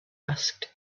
asked